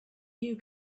you